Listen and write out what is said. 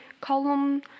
column